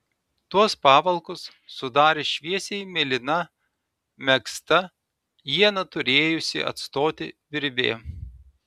tuos pavalkus sudarė šviesiai mėlyna megzta ieną turėjusi atstoti virvė